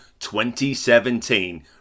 2017